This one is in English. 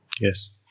Yes